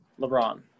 LeBron